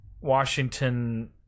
Washington